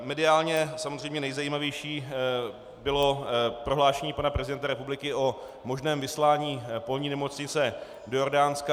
Mediálně samozřejmě nejzajímavější bylo prohlášení pana prezidenta republiky o možném vyslání polní nemocnice do Jordánska.